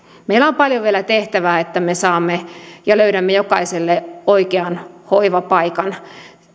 meillä on paljon vielä tehtävää että me saamme ja löydämme jokaiselle oikean hoivapaikan